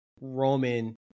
Roman